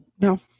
No